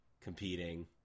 competing